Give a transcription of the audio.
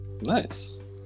Nice